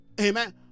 Amen